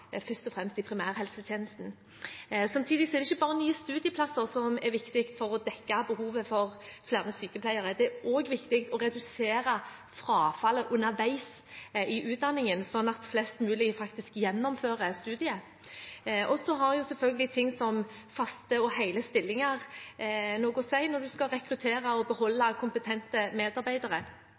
i primærhelsetjenesten. Samtidig er det ikke bare nye studieplasser som er viktig for å dekke behovet for flere sykepleiere. Det er også viktig å redusere frafallet underveis i utdanningen, sånn at flest mulig faktisk gjennomfører studiet. Og så har selvfølgelig slikt som faste og hele stillinger noe å si når man skal rekruttere og beholde kompetente medarbeidere